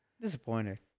disappointed